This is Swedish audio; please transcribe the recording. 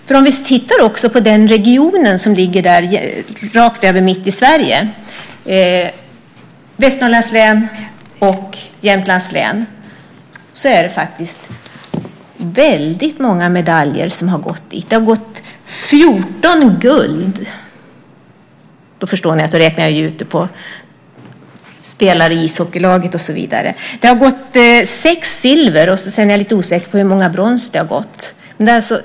Låt oss titta på den region som ligger rakt över mitten av Sverige - Västmanlands län och Jämtlands län. Det är många medaljer som har gått dit. Det har gått 14 guld dit. Ni förstår att jag räknar ut det på spelare i ishockeylaget och så vidare. Det har gått sex silver dit, men jag är lite osäker på hur många brons det har gått dit.